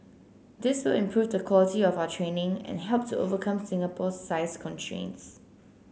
this will improve the quality of our training and help to overcome Singapore's size constraints